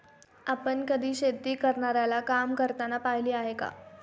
आपण कधी शेती करणाऱ्याला काम करताना पाहिले आहे का?